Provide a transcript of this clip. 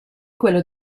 quello